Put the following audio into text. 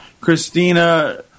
Christina